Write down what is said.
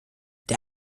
der